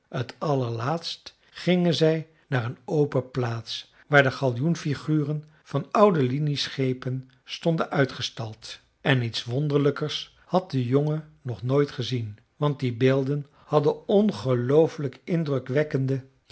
t allerlaatst gingen zij naar een open plaats waar de gallioenfiguren van oude linieschepen stonden uitgestald en iets wonderlijkers had de jongen nog nooit gezien want die beelden hadden ongelooflijk indrukwekkende